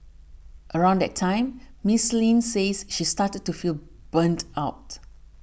around that time Miss Lin says she started to feel burnt out